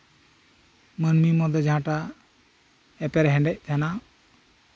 ᱢᱟᱹᱱᱢᱤ ᱢᱚᱫᱽᱫᱷᱮ ᱡᱟᱸᱦᱟᱴᱟᱜ ᱮᱯᱮᱨ ᱦᱮᱸᱰᱮᱡ ᱛᱟᱸᱦᱮᱱᱟ